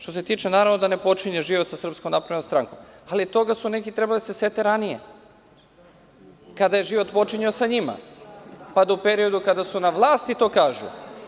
Što se tiče toga, naravno da ne počinje priča sa SNS, ali toga su neki trebali da se sete ranije kada je život počinjao sa njima pa do u periodu kada su na vlasti to kažu.